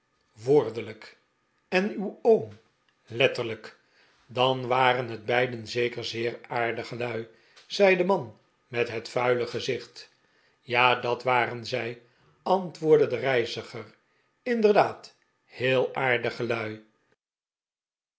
woordelijk en uw oom letterlijk dan waren het beiden zeker heel aardige lui zei de man met het vuile gezicht ja r dat waren zij antwoordde de reiziger inderdaad heel aardige lull